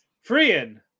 freeing